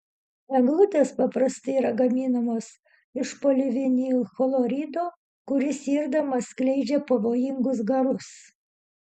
eglutės paprastai yra gaminamos iš polivinilchlorido kuris irdamas skleidžia pavojingus garus